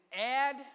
add